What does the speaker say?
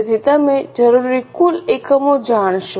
તેથી તમે જરૂરી કુલ એકમો જાણશો